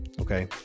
okay